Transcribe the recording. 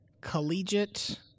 collegiate